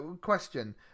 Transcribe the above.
question